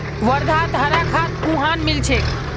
वर्धात हरा खाद कुहाँ मिल छेक